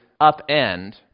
upend